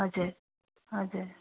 हजुर हजुर